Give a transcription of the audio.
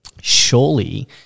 Surely